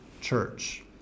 church